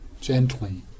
gently